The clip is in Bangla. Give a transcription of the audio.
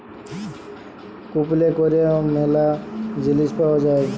কুপলে ক্যরে ম্যালা জিলিস পাউয়া যায়